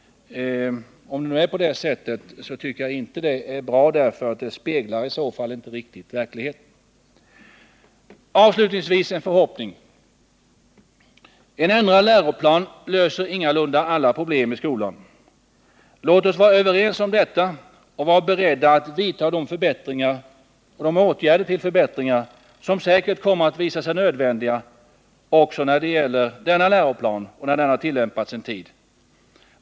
Det är inte bra om det är på det sättet, för det speglar inte riktigt verkligheten. Avslutningsvis en förhoppning: En ändrad läroplan löser ingalunda alla problem i skolan. Låt oss vara överens om detta och vara beredda att vidta de åtgärder till förbättringar som säkert kommer att visa sig nödvändiga också när denna läroplan har tillämpats en tid.